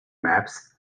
maps